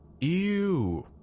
Ew